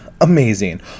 amazing